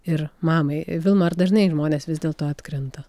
ir mamai vilma ar dažnai žmonės vis dėlto atkrenta